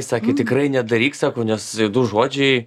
jie sakė tikrai nedaryk sako nes du žodžiai